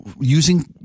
using